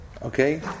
okay